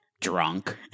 Drunk